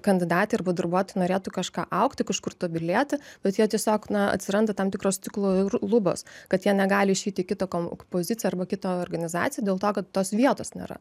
kandidatai arba darbuotojai norėtų kažką augti kažkur tobulieti bet jie tiesiog na atsiranda tam tikros stiklo ru lubos kad jie negali išeit į kitą kom poziciją arba kitą organizaciją dėl to kad tos vietos nėra